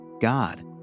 God